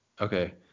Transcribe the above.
Okay